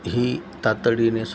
ही तातडीने सोडव